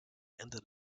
ended